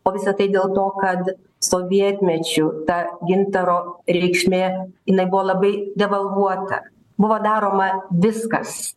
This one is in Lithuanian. o visa tai dėl to kad sovietmečiu ta gintaro reikšmė jinai buvo labai devalvuota buvo daroma viskas